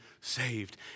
saved